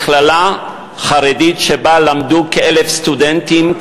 מכללה חרדית שבה למדו כ-1,000 סטודנטים,